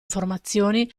informazioni